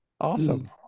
Awesome